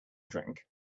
drink